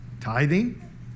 tithing